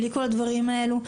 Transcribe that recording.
בלי כל הדברים הללו.